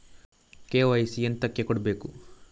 KYC ಎಂತಕೆ ಕೊಡ್ಬೇಕು?